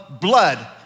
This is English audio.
blood